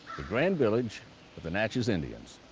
the grand village of the natchez indians.